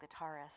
guitarist